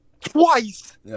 twice